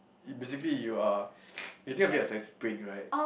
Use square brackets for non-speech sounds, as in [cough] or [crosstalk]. it basically you are [noise] when you think of it as like spring right